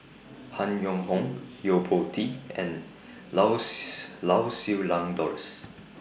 Han Yong Hong Yo Po Tee and Lau's Lau Siew Lang Doris